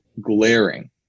glaring